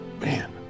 Man